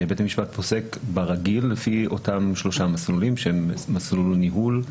בית המשפט פוסק ברגיל לפי אותם שלושה מסלולים מסלול ניהול,